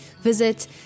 visit